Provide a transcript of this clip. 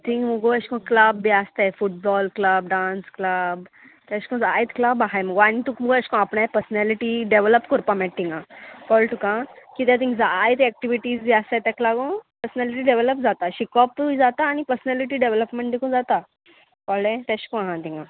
thing मुगो एशें कोन्न क्लब बी आसताय फुटबॉल क्लब डांस क्लाब ते एश कोन जायत क्लब आहाय मुगो आनी तुका मुगो एशें कोन्न आपणें पर्सनेलिटी डॅवलप कोरपा मेळट थिंगां कोळ तुका किद्या थिंगां जायत एक्टिविटीज बी आसाय तेका लागोन पर्सनेलिटी डेवलप जाता शिकोपूय जाता आनी पर्सनेलिटी डेवलॉपमेंट देखून जाता कळ्ळें तेशें कोन्न आहा थिंगां